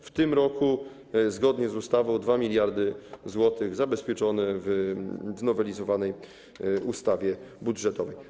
W tym roku, zgodnie z ustawą 2 mld zł zabezpieczone w znowelizowanej ustawie budżetowej.